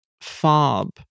Fob